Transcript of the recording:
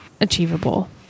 achievable